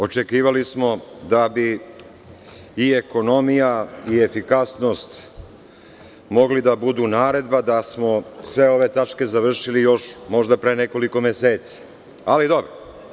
Očekivali smo da bi i ekonomija i efikasnost mogli da budu naredba da smo sve ove tačke završili još možda pre nekoliko meseci, ali dobro.